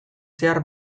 zehar